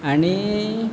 आनी